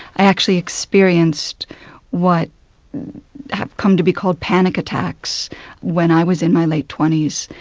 i actually experienced what have come to be called panic attacks when i was in my late twenty s.